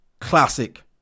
Classic